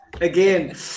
again